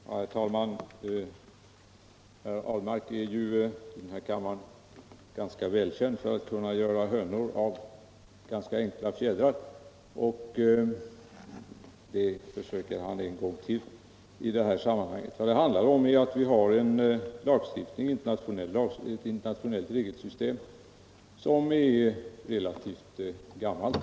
Herr talman! Herr Ahlmark är ju i den här kammaren rätt välkänd för att kunna göra hönor av ganska enkla fjädrar, och det försöker han göra även i det här sammanhanget. Vad det handlar om är att vi har en lagstiftning och ett internationellt regelsystem som är relativt gammalt.